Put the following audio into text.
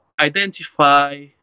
identify